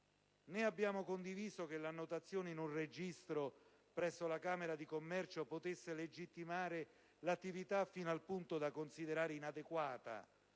Né abbiamo condiviso che l'annotazione in un registro presso la camera di commercio potesse legittimare l'attività, fino al punto da considerare inadeguata